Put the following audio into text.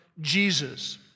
Jesus